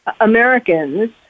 Americans